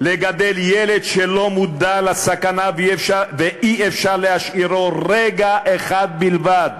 לגדל ילד שלא מודע לסכנה ואי-אפשר להשאירו רגע אחד בלבד,